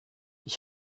ich